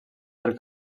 del